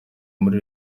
muri